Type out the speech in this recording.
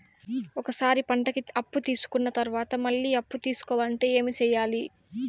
ఒక సారి పంటకి అప్పు తీసుకున్న తర్వాత మళ్ళీ అప్పు తీసుకోవాలంటే ఏమి చేయాలి?